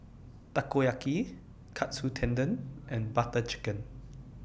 Takoyaki Katsu Tendon and Butter Chicken